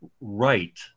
right